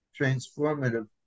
transformative